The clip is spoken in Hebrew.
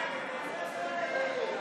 אתה עדיין מבקש?